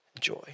joy